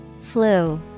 Flu